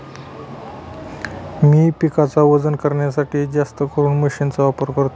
मी पिकाच वजन करण्यासाठी जास्तकरून मशीन चा वापर करतो